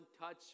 touch